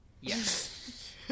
Yes